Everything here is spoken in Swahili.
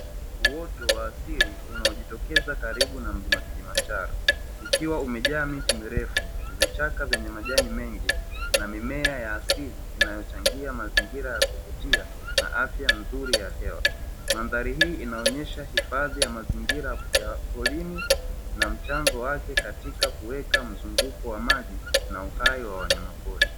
Uoto wa asili unaojitokeza karibu na mlima kilimanjaro ukiwa umejaa miti mirefu, vichaka vyenye majani mengi na mimea ya asili inayochangia mazingira ya kuvutia na afya nzuri ya hewa, mandhari hii inaonyesha hifadhi ya mazingira ya porini na mchango wake katika kuweka mzunguko wa maji na uhai wa wanyama pori.